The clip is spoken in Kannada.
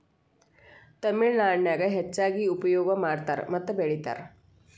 ತಮಿಳನಾಡಿನ್ಯಾಗ ಹೆಚ್ಚಾಗಿ ಉಪಯೋಗ ಮಾಡತಾರ ಮತ್ತ ಬೆಳಿತಾರ